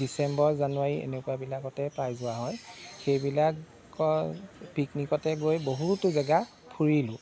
December January এনেকুৱাবিলাকতে প্ৰায় যোৱা হয় সেইবিলাকত পিকনিকতে গৈ বহুতো জেগা ফুৰিলোঁ